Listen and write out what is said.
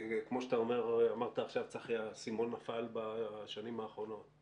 כמו שאמרת עכשיו, האסימון נפל בשנים האחרונות.